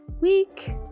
week